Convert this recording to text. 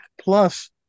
plus